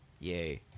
yay